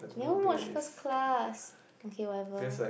never watch first class okay whatever